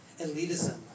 elitism